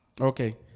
Okay